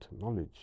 knowledge